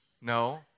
No